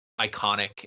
iconic